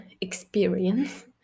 experience